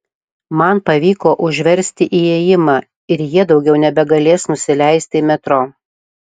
man pavyko užversti įėjimą ir jie daugiau nebegalės nusileisti į metro